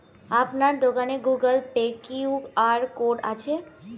আপনার দোকানে Google Pay Q R code আছে?